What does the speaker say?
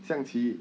象棋